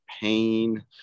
pain